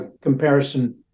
comparison